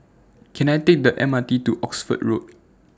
Can I Take The M R T to Oxford Road